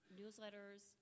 newsletters